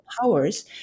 powers